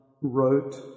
wrote